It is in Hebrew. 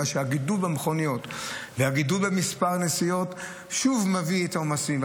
מכיוון שהגידול במכוניות והגידול במספר הנסיעות שב ומביא את העומסים.